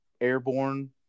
airborne